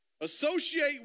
Associate